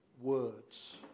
Words